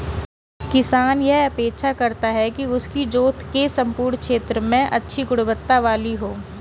किसान यह अपेक्षा करता है कि उसकी जोत के सम्पूर्ण क्षेत्र में अच्छी गुणवत्ता वाली हो